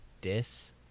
Dis